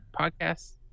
podcasts